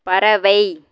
பறவை